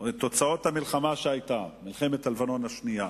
ואת תוצאות המלחמה שהיתה, מלחמת לבנון השנייה